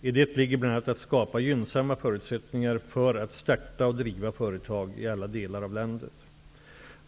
I det ligger bl.a. att skapa gynnsamma förutsättningar för att starta och driva företag i alla delar av landet.